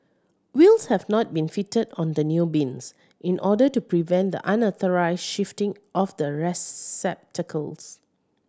wheels have not been fitted on the new bins in order to prevent the unauthorised shifting of the receptacles